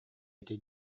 этэ